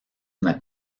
una